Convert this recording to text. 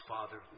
Father